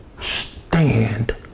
stand